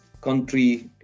country